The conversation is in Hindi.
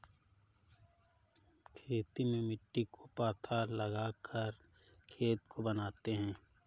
खेती में मिट्टी को पाथा लगाकर खेत को बनाते हैं?